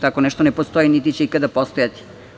Tako nešto ne postoji, niti će ikada postojati.